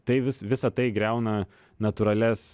tai vis visa tai griauna natūralias